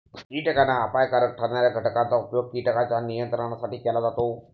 कीटकांना अपायकारक ठरणार्या घटकांचा उपयोग कीटकांच्या नियंत्रणासाठी केला जातो